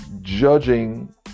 judging